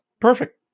Perfect